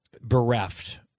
bereft